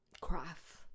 Craft